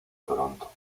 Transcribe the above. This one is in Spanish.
toronto